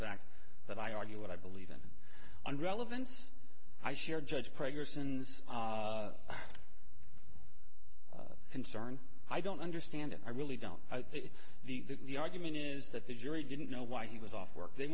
fact that i argue what i believe in on relevance i share judge progress in this concern i don't understand it i really don't see the the argument is that the jury didn't know why he was off work they